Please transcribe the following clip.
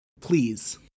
Please